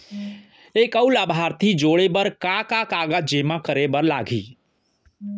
एक अऊ लाभार्थी जोड़े बर का का कागज जेमा करे बर लागही?